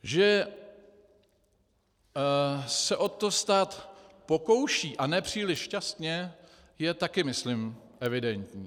Že se o to stát pokouší a ne příliš šťastně, je také myslím evidentní.